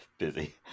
busy